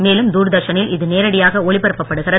மேலும் தூர்தர்ஷனில் இது நேரடியாக ஒளி பரப்பப்படுகிறது